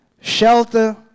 shelter